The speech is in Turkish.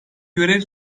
görev